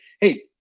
hey